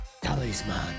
Talisman